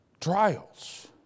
trials